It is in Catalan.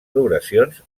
progressions